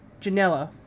Janela